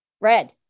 Red